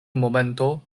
momento